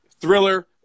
thriller